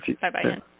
Bye-bye